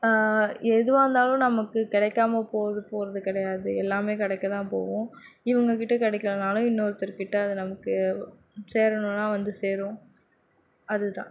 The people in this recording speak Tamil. எதுவாகிருந்தாலும் நமக்கு கிடைக்காம போக போவது கிடையாது எல்லாமே கிடைக்க தான் போகும் இவங்க கிட்டே கிடைக்கலனாலும் இன்னொருத்தர்கிட்ட அது நமக்கு சேரணுன்னால் வந்து சேரும் அது தான்